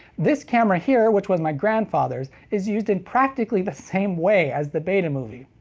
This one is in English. this camera here, which was my grandfather's, is used in practically the same way as the betamovie.